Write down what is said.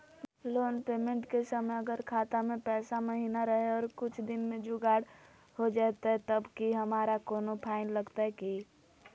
Loan payment के समय अगर खाता में पैसा महिना रहै और कुछ दिन में जुगाड़ हो जयतय तब की हमारा कोनो फाइन लगतय की?